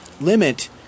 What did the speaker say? limit